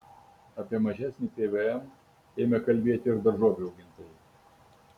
apie mažesnį pvm ėmė kalbėti ir daržovių augintojai